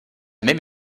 même